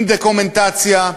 עם דוקומנטציה,